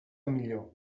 millor